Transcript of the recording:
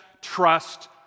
trust